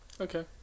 okay